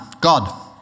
God